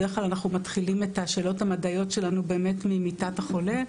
בדרך-כלל אנחנו מתחילים את השאלות המדעיות שלנו באמת ממיטת החולה.